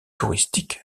touristiques